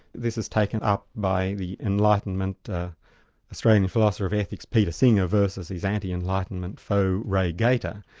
this is taken up by the enlightenment australian philosopher of ethics, peter singer, versus his anti-enlightenment foe, ray gaita,